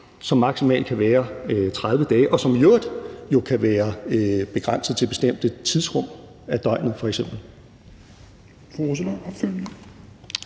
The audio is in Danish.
– maksimalt kan være 30 dage, og som i øvrigt jo kan være begrænset til f.eks. bestemte tidsrum af døgnet.